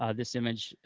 ah this image,